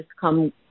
come